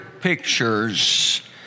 pictures